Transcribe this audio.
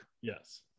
Yes